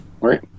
right